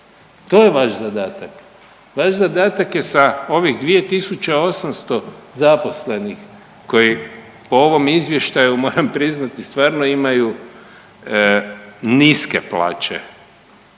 To je vaš zadatak. Vaš zadatak je sa ovih 2.800 zaposlenih koji po ovom izvještaju moram priznati stvarno imaju niske plaće,